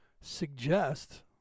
suggest